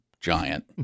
giant